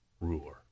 ruler